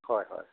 হয় হয়